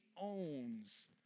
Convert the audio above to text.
owns